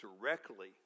directly